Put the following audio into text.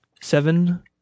seven